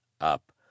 Up